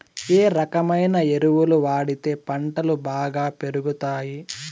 ఏ రకమైన ఎరువులు వాడితే పంటలు బాగా పెరుగుతాయి?